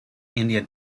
indian